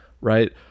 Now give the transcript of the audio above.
right